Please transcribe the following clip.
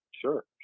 Sure